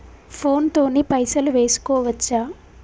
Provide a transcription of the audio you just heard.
Phone తోని పైసలు వేసుకోవచ్చా?